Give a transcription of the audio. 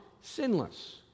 sinless